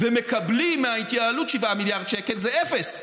ומקבלים מההתייעלות 7 מיליארד שקל, זה אפס.